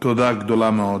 תודה גדולה מאוד.